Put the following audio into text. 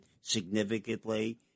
significantly